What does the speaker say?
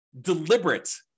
deliberate